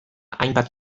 hainbat